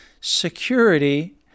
security